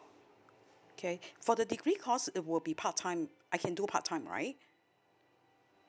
okay for the degree course it will be part time I can do part time right